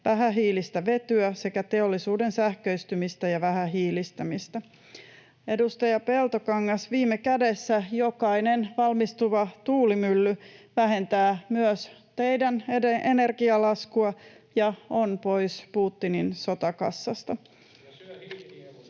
vähähiilistä vetyä sekä teollisuuden sähköistymistä ja vähähiilistämistä. Edustaja Peltokangas, viime kädessä jokainen valmistuva tuulimylly vähentää myös teidän energialaskuanne ja on pois Putinin sotakassasta.